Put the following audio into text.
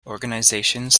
organisations